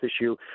issue